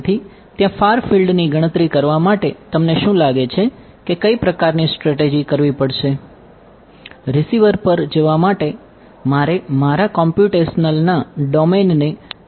તેથી ત્યાં ફાર ફિલ્ડની ગણતરી કરવા માટે તમને શું લાગે છે કે કઇ પ્રકારની સ્ટ્રેટેજી કરવું જોઈએ